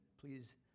please